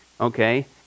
Okay